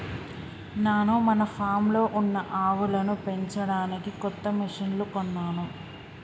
నాను మన ఫామ్లో ఉన్న ఆవులను పెంచడానికి కొత్త మిషిన్లు కొన్నాను